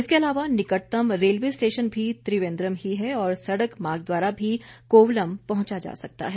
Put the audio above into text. इसके अलावा निकटतम रेलवे स्टेशन भी त्रिवेंद्रम ही है और सड़क मार्ग द्वारा भी कोवलम पहंचा जा सकता है